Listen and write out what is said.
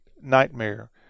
nightmare